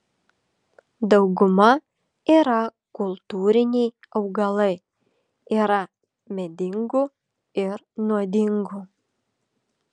dauguma yra kultūriniai augalai yra medingų ir nuodingų